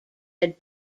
had